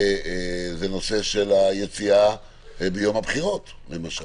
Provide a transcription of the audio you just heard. זה הנושא של היציאה ביום הבחירות למשל.